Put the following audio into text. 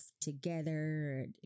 together